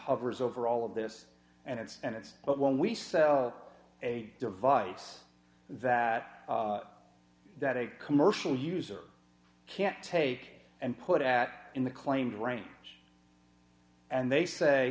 hovers over all of this and it's and it's when we sell a device that that a commercial user can't take and put that in the claimed rank and they say